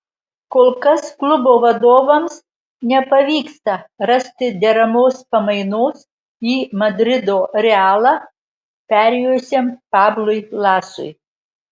kol kas klubo vadovams nepavyksta rasti deramos pamainos į madrido realą perėjusiam pablui lasui